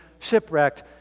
shipwrecked